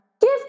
give